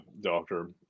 doctor